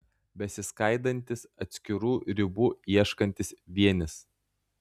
besiskaidantis atskirų ribų ieškantis vienis